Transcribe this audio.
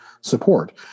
support